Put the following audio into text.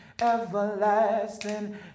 everlasting